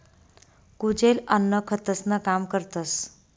कुजेल अन्न खतंसनं काम करतस